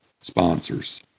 sponsors